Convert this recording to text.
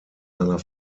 seiner